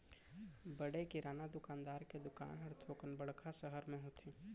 बड़े किराना दुकानदार के दुकान हर थोकन बड़का सहर म होथे